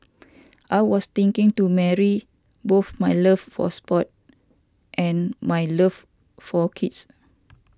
I was thinking to marry both my love for sports and my love for kids